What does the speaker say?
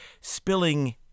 spilling